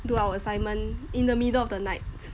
do our assignment in the middle of the night